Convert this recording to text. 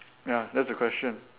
ya that's the question